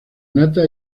nata